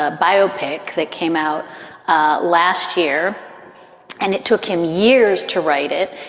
ah biopic that came out ah last year and it took him years to write it.